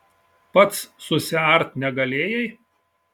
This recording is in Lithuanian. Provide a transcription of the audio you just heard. pats susiart negalėjai